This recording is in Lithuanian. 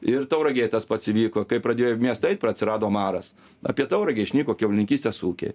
ir tauragėj tas pats įvyko kai pradėjo į miestą eit pra atsirado maras apie tauragę išnyko kiaulininkystės ūkiai